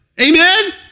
Amen